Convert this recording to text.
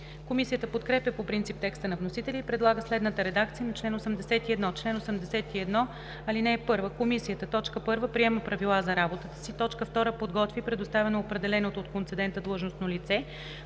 Комисията подкрепя по принцип текста на вносителя и предлага следната редакция на чл. 81: „Чл. 81. (1) Комисията: 1. приема правила за работата си; 2. подготвя и предоставя на определеното от концедента длъжностно лице